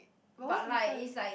but what's different